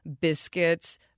biscuits